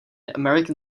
american